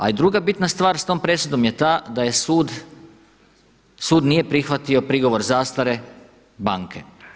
A druga bitna stvar s tom presudom je ta da je sud, sud nije prihvatio prigovor zastare banke.